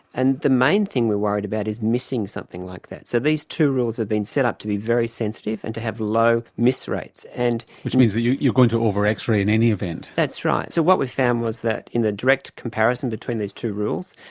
and the main thing we are worried about is missing something like that. so these two rules have been set up to be very sensitive and to have low miss rates. and which means that you're going to over x-ray in any event. that's right. so what we found was that in the direct comparison between these two rules,